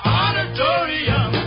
auditorium